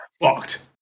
fucked